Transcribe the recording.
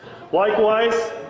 Likewise